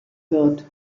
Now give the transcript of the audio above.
wird